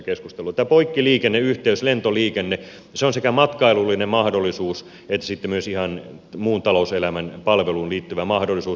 tämä poikkiliikenneyhteys lentoliikenne se on sekä matkailullinen mahdollisuus että sitten myös ihan muun talouselämän palveluun liittyvä mahdollisuus